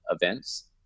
events